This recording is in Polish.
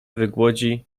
wygłodzi